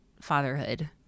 fatherhood